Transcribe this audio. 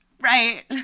Right